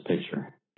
picture